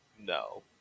No